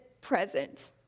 present